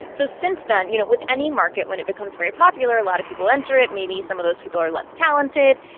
so since then you know, with any market, when it becomes very popular, a lot of people enter it, maybe some of those people are less talented,